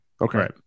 Okay